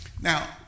Now